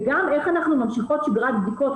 וגם איך אנחנו ממשיכות שגרת בדיקות.